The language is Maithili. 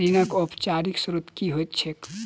ऋणक औपचारिक स्त्रोत की होइत छैक?